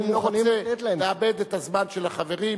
אני לא רוצה לאבד את הזמן של החברים,